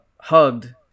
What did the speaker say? hugged